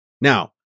Now